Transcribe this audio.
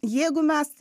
jeigu mes